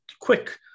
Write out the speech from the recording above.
quick